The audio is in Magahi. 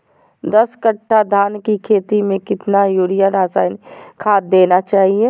दस कट्टा धान की खेती में कितना यूरिया रासायनिक खाद देना चाहिए?